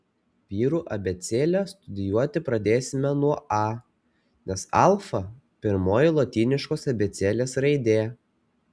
vyrų abėcėlę studijuoti pradėsime nuo a nes alfa pirmoji lotyniškos abėcėlės raidė